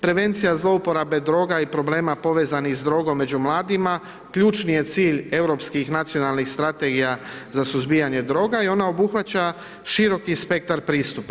Prevencija zlouporabe droga i problema povezanih s drogom među mladima ključni je cilj europskih nacionalnih strategija za suzbijanje droga i ona obuhvaća široki spektar pristupa.